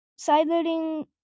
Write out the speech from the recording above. Sideloading